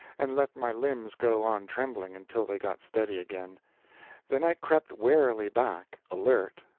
and let my limbs go on trembling until they got steady again then i crept warily back, alert,